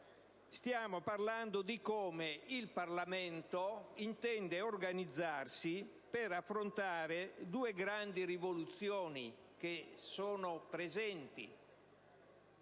Stiamo parlando di come il Parlamento intende organizzarsi per affrontare due grandi rivoluzioni in corso.